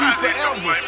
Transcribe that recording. forever